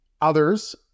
others